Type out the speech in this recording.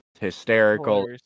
hysterical